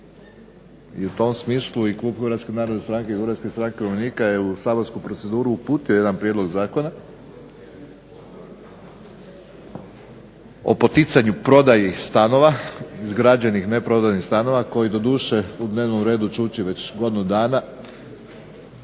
stranke umirovljenika je u saborsku proceduru je uputio jedan prijedlog Zakona o poticanju prodaji stanova izgrađenih neprodanih stanova koji doduše u dnevnom redu čuči već godinu dana,